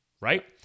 right